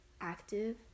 active